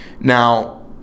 Now